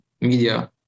media